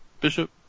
Bishop